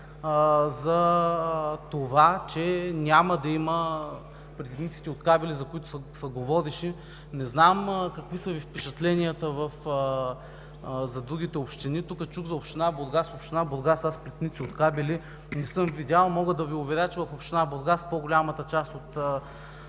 за това, че няма да има плетениците от кабели, за които се говореше. Не знам какви са Ви впечатленията за другите общини. Тук чух за община Бургас. В община Бургас аз плетеници от кабели не съм видял и мога да Ви уверя, че в тази община по-голямата част от